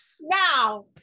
Now